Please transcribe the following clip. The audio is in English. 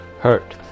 hurt